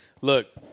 Look